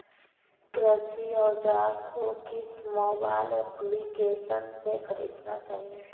कृषि औज़ार को किस मोबाइल एप्पलीकेशन से ख़रीदना चाहिए?